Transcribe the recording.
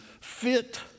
fit